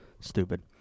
stupid